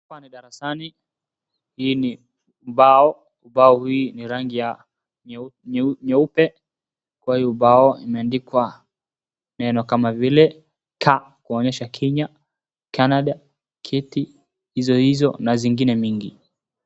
Hapa ni darasani, hii ni mbao, ubao hii ni rangi ya nyeupe, kwa hii ubao imeandikwa neno kama vile ta kuonyesha kina Canada, kiti, hizo, na zingine mingi.